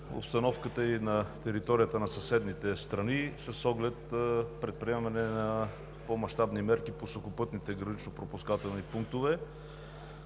обстановката и на територията на съседните страни с оглед предприемане на по мащабни мерки по сухопътните гранично контролно пропускателни пунктове.